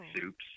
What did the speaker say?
Soups